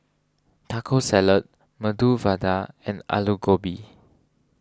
Taco Salad Medu Vada and Alu Gobi